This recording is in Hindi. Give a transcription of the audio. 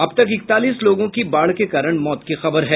अब तक इकतालीस लोगों की बाढ़ के कारण मौत की खबर है